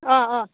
অ' অ'